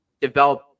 develop